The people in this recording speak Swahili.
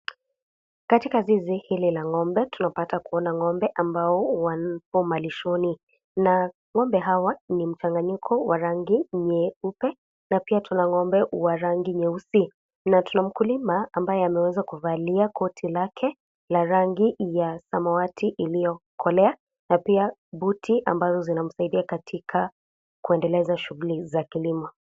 Katika zizi hili la ngombe tunapata kuona ngombe ambao wako malishoni na ngombe hawa ni mchanganyiko wa rangi nyeupe na pia tuna ngombe wa rangi nyeusi na tuna mkulima ambaye ameweza kuvalia koti lake la rangi ya samawati iliyokolea na pia buti ambayo zinamsaidia katika kuendeleza shughuli za kilimo.